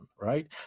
right